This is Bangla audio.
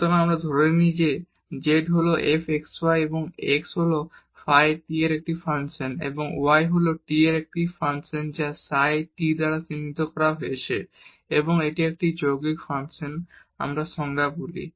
সুতরাং আমরা ধরে নিই যে এই z হল f x y এবং x হল ফাই t এর একটি ফাংশন এবং y হল t এর একটি ফাংশন যা সাই t দ্বারা চিহ্নিত করা হয়েছে এবং এটি একটি যৌগিক ফাংশন যাকে আমরা এর সংজ্ঞা বলি